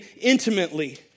intimately